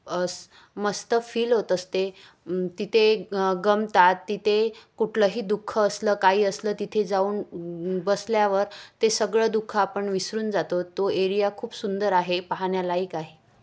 असं मस्त फील होत असते तिथे गमतात तिथे कुठलंही दुःख असलं काही असलं तिथे जाऊन बसल्यावर ते सगळं दुःख आपण विसरून जातो तो एरिया खूप सुंदर आहे पाहण्यालायक आहे